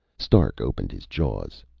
stark opened his jaws.